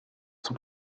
son